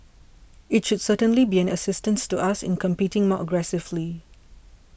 it should certainly be an assistance to us in competing more aggressively